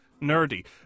nerdy